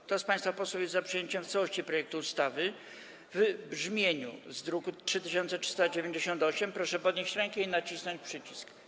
Kto z państwa posłów jest za przyjęciem w całości projektu ustawy w brzmieniu z druku nr 3398, proszę podnieść rękę i nacisnąć przycisk.